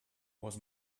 was